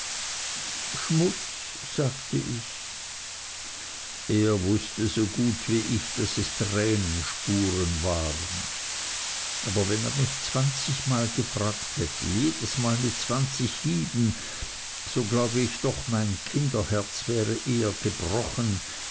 schmutz sagte ich er wußte so gut wie ich daß es tränenspuren waren aber wenn er mich zwanzigmal gefragt hätte jedesmal mit zwanzig hieben so glaube ich doch mein kinderherz wäre eher gebrochen